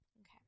Okay